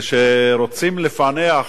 כשרוצים לפענח